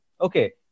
Okay